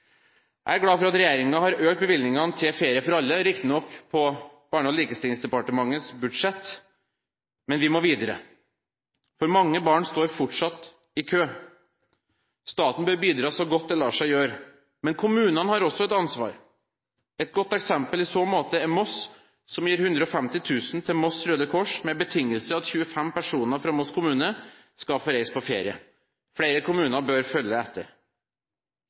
Jeg er glad for at regjeringen har økt bevilgningene til Ferie for alle – riktignok på Barne-, likestillings- og inkluderingsdepartementets budsjett – men vi må videre, for mange barn står fortsatt i kø. Staten bør bidra så godt det lar seg gjøre, men kommunene har også et ansvar. Et godt eksempel i så måte er Moss, som gir 150 000 kr til Moss Røde Kors på betingelse av at 25 personer fra Moss kommune skal få reise på ferie. Flere kommuner bør følge etter.